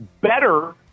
better